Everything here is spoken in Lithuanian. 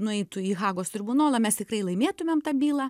nueitų į hagos tribunolą mes tikrai laimėtumėm tą bylą